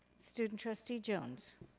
student trustee jones.